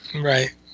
Right